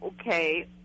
Okay